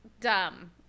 dumb